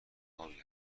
آبی